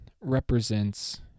represents